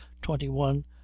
twenty-one